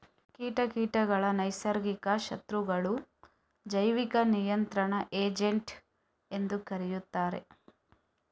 ಕೀಟ ಕೀಟಗಳ ನೈಸರ್ಗಿಕ ಶತ್ರುಗಳು, ಜೈವಿಕ ನಿಯಂತ್ರಣ ಏಜೆಂಟ್ ಎಂದೂ ಕರೆಯುತ್ತಾರೆ